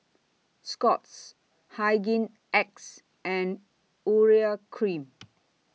Scott's Hygin X and Urea Cream